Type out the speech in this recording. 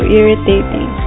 irritating